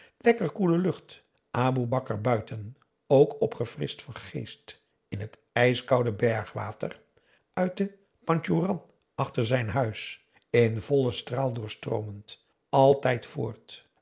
koele lucht aboe bakar buiten ook opgefrischt van geest in het ijskoude bergwater uit de pantjoeran achter zijn huis in vollen straal doorstroomend altijd voort